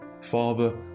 Father